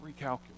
recalculate